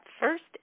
first